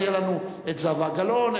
אז יהיו לנו זהבה גלאון,